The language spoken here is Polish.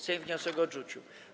Sejm wniosek odrzucił.